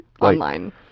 online